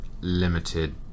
limited